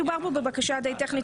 מדובר פה בבקשה די טכנית.